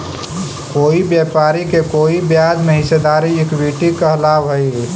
कोई व्यापारी के कोई ब्याज में हिस्सेदारी इक्विटी कहलाव हई